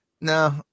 no